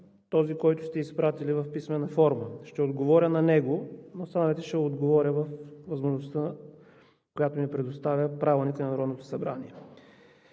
този, който сте изпратили в писмена форма. Ще отговоря на него, а на останалите ще отговоря във възможността, която ми предоставя Правилникът на Народното събрание.